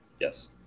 Yes